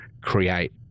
create